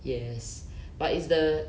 yes but it's the